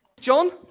John